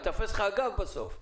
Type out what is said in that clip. ייתפס לך הגב בסוף.